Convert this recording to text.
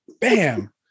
bam